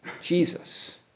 Jesus